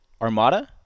Armada